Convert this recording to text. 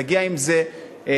תגיע עם זה לוועדה,